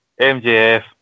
MJF